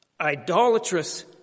idolatrous